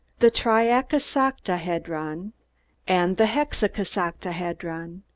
the triakisoctahedron and the hexakisoctahedron.